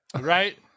Right